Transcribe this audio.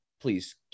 please